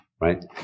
right